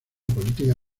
política